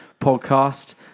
podcast